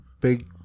big